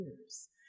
years